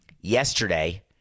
Yesterday